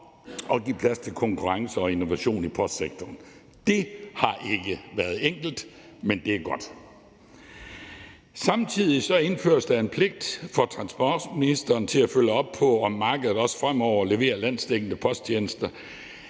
at give plads til konkurrence og innovation i postsektoren. Det har ikke været enkelt, men det er godt. Samtidig indføres der en pligt for transportministeren til at følge op på, om markedet også fremover leverer landsdækkende posttjenester.